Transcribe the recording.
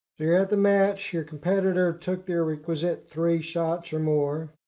your at the match. your competitor took their requisite three shots or more.